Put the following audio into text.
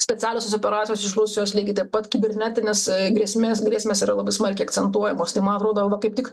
specialiosios operacijos iš rusijos lygiai taip pat kibernetinės grėsmės grėsmės yra labai smarkiai akcentuojamos tai man atrodo vat kaip tik